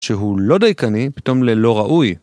שהוא לא דייקני, פתאום ללא ראוי.